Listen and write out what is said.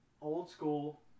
old-school